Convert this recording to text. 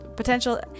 potential